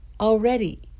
already